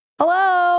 Hello